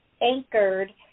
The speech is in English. anchored